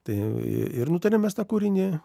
tai ir nutarėm mes tą kūrinį